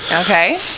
Okay